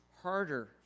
harder